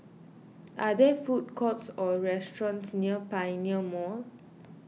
are there food courts or restaurants near Pioneer Mall